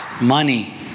money